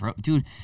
dude